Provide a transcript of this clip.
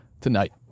tonight